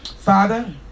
Father